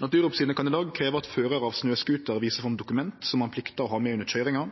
Naturoppsynet kan i dag krevje at førar av snøscooter viser fram dokument som ein pliktar å ha med under køyringa.